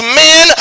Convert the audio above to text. men